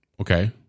Okay